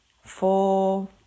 four